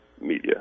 media